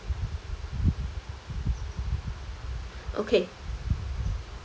okay